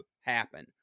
happen